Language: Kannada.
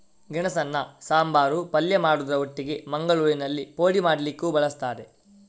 ಗೆಣಸನ್ನ ಸಾಂಬಾರು, ಪಲ್ಯ ಮಾಡುದ್ರ ಒಟ್ಟಿಗೆ ಮಂಗಳೂರಿನಲ್ಲಿ ಪೋಡಿ ಮಾಡ್ಲಿಕ್ಕೂ ಬಳಸ್ತಾರೆ